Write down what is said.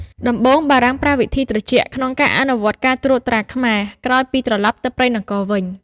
ដំបូងបារាំងប្រើវិធីត្រជាក់ក្នុងការអនុវត្តការត្រួតត្រាខ្មែរ ក្រោយពីត្រឡប់ទៅព្រៃនគរវិញ។